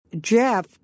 Jeff